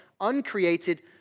uncreated